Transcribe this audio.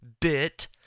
bit